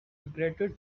regretted